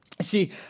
See